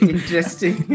Interesting